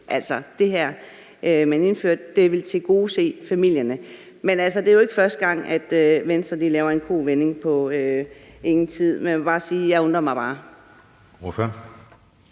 Det, man indførte, ville altså tilgodese familierne. Det er jo ikke første gang, Venstre laver en kovending på ingen tid, men jeg må bare sige, at jeg undrer mig.